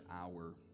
hour